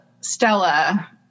Stella